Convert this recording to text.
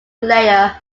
layer